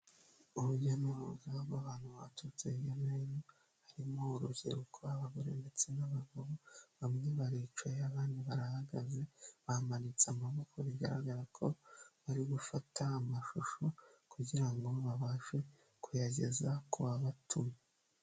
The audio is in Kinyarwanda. Urujya n'uruza rw'abantu baturutse hirya no hino, harimo urubyiruko, abagore ndetse n'abagabo, bamwe baricaye abandi barahagaze, bamanitse amaboko bigaragara ko bari gufata amashusho kugira ngo babashe kuyageza kubamutumye.